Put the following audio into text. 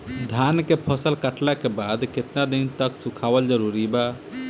धान के फसल कटला के बाद केतना दिन तक सुखावल जरूरी बा?